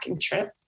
trip